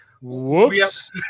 whoops